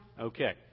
Okay